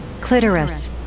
Clitoris